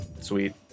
Sweet